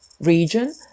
region